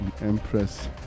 Empress